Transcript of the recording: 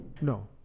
No